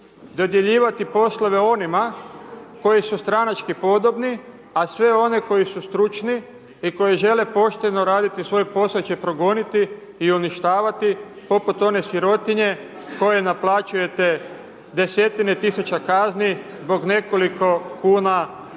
dodjeljivati poslove onima koji su stranački podobni, a sve one koji su stručni i koji žele pošteno raditi svoj posao će progoniti i uništavati poput one sirotinje koje naplaćujete 10-tine tisuća kazni zbog nekoliko kuna viška